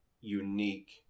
unique